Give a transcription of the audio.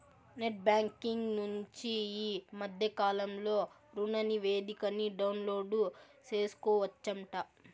net banking నుంచి ఈ మద్దె కాలంలో రుణనివేదికని డౌన్లోడు సేసుకోవచ్చంట